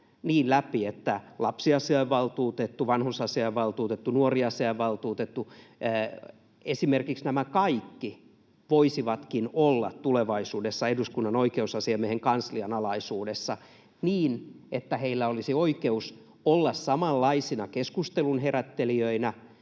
niin läpi, että lapsiasiainvaltuutettu, vanhusasiainvaltuutettu, nuoriasiavaltuutettu, esimerkiksi nämä kaikki, voisivatkin olla tulevaisuudessa Eduskunnan oikeusasiamiehen kanslian alaisuudessa niin, että heillä olisi oikeus olla samanlaisina keskustelun herättelijöinä,